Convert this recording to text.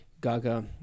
gaga